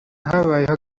habayeho